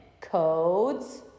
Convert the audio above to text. codes